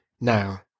Now